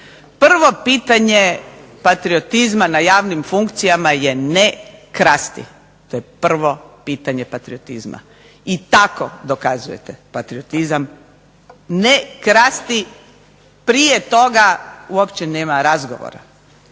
prvo pitanje patriotizma na javnim funkcijama je ne krasti, to je prvo pitanje patriotizma, i tako dokazujete patriotizam ne krasti prije toga uopće nema razgovora.